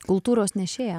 kultūros nešėja